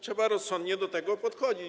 Trzeba rozsądnie do tego podchodzić.